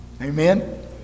Amen